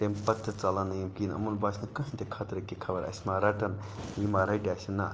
تمہِ پَتہٕ تہِ ژَلَن نہٕ یِم کِہِیٖنۍ یِمَن باسہِ نہٕ کانٛہہ تہِ خَطرٕ کہِ خَبر اَسہِ مہَ رَٹَن یہِ مہَ رَٹہِ اَسہِ نہَ